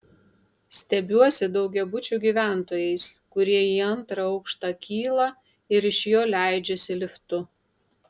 stebiuosi daugiabučių gyventojais kurie į antrą aukštą kyla ir iš jo leidžiasi liftu